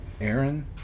Aaron